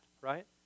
right